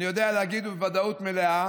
אני יודע להגיד בוודאות מלאה